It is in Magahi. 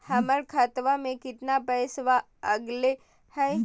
हमर खतवा में कितना पैसवा अगले हई?